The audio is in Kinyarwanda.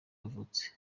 yavutse